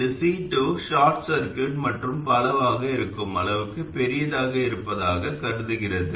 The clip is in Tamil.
இது C2 ஷார்ட் சர்க்யூட் மற்றும் பலவாக இருக்கும் அளவுக்கு பெரியதாக இருப்பதாகக் கருதுகிறது